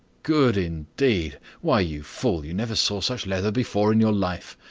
good, indeed! why, you fool, you never saw such leather before in your life.